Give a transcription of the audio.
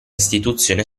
istituzione